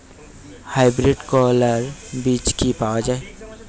Hybrid করলার বীজ কি পাওয়া যায়?